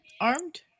armed